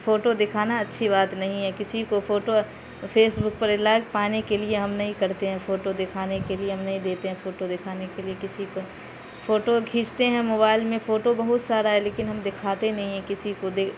photo دکھانا اچھی بات نہیں ہے کسی کو فوٹو فیسبک پر لائو پانے کے لیے ہم نہیں کرتے ہیں فوٹو دکھانے کے لیے ہم نہیں دیتے ہیں فوٹو دیکھانے کے لیے کسی کو فوٹو کھیچتے ہیں موبائل میں فوٹو بہت سارا ہے لیکن ہم دکھاتے نہیں ہیں کسی کو دے